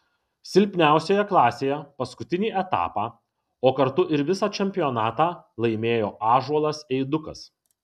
silpniausioje klasėje paskutinį etapą o kartu ir visą čempionatą laimėjo ąžuolas eidukas